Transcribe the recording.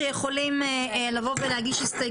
בלבד.